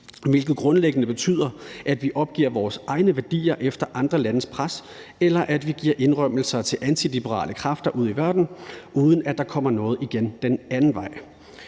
hvilket grundlæggende betyder, at vi opgiver vores egne værdier efter andres landes pres, eller at vi giver indrømmelser til antiliberale kræfter ud i verden, uden at der kommer noget igen den anden vej.